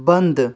بند